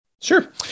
Sure